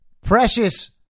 precious